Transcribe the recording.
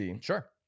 Sure